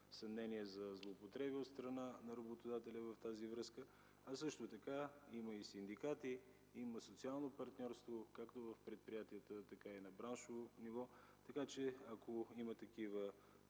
съмнения за злоупотреби от страна на работодателя в тази връзка. Също така има и синдикати, има социално партньорство, както в предприятията, така и на браншово ниво. Така че, ако има такива